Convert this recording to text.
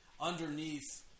underneath